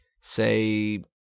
say